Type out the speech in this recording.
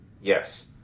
yes